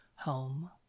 Home